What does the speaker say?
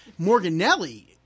Morganelli